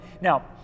Now